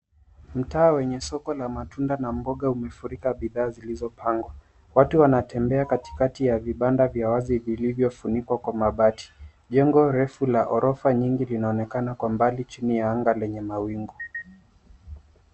Mtaa wenye soko la matunda na mboga umefurika bidhaa zilizopangwa. Watu wanatembea katikati ya vibanda vya wazi vilivyofunikwa kwa mabati. Jengo refu la orofa nyingi linaonekana kwa mbali chini la anga lenye mawingu.